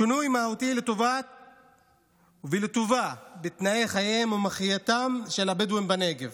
שינוי מהותי לטובה בתנאי חייהם ומחייתם של הבדואים בנגב